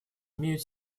имеют